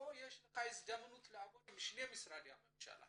כאן יש לך הזדמנות לעבוד עם שני משרדי הממשלה.